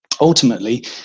Ultimately